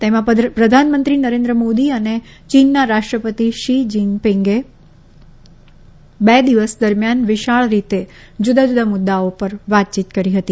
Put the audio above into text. તેમાં પ્રધાનમંત્રી નરેન્દ્ર મોદી અને ચીનના રાષ્ટ્રપતિ શી જિનપીંગે બે દિવસ દરમ્યાન વિશાર રીતે જુદાજુદા મુદ્દાઓ ઉપર વાતયીત કરી હતી